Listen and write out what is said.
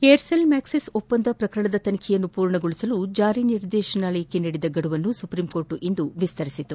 Aircel Maxis ಒಪ್ಪಂದ ಪ್ರಕರಣದ ತನಿಖೆಯನ್ನು ಪೂರ್ಣಗೊಳಿಸಲು ಜಾರಿನಿರ್ದೇಶನಾಲಯಕ್ಕೆ ನೀಡಿದ್ದ ಗಡುವನ್ನು ಸುಪ್ರೀಂಕೋರ್ಟ್ ಇಂದು ವಿಸ್ತರಿಸಿದೆ